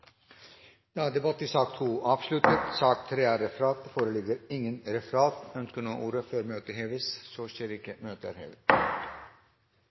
i sak nr. 2 er dermed avsluttet. Det foreligger ikke noe referat. Forlanger noen ordet før møtet heves? – Møtet er hevet.